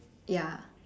ya